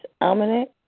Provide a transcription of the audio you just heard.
Almanac